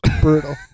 Brutal